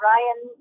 Ryan